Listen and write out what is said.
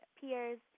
peers